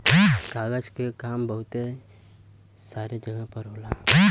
कागज क काम बहुत सारे जगह पर होला